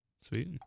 Sweet